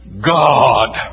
God